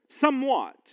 somewhat